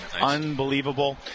unbelievable